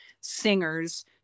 singers